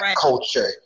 culture